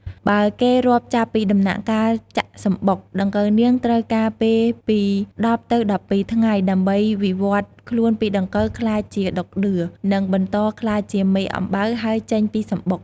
បើគេរាប់ចាប់ពីដំណាក់កាលចាក់សំបុក ដង្កូវនាងត្រូវការពេលពី១០ ទៅ១២ថ្ងៃ ដើម្បីវិវត្តន៍ខ្លួនពីដង្កូវ ក្លាយជាដក់ដឿ នឹងបន្តក្លាយជាមេអំបៅ ហើយចេញពីសំបុក។